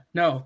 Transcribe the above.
no